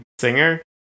singer